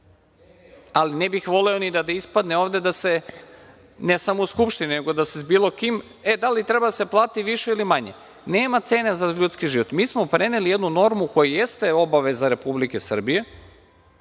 ali ne bih voleo da ispadne ovde, ne samo u Skupštini, nego bilo gde – da li treba da se plati više ili manje. Nema cene za ljudski život. Mi smo preneli jednu normu koja jeste obaveza Republike Srbije.